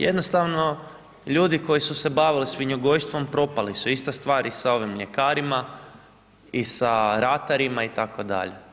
Jednostavno ljudi koji su se bavili svinjogojstvom propali su ista stvar i sa ovim mljekarima i sa ratarima itd.